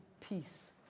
peace